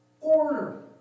Order